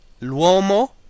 L'uomo